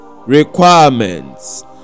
requirements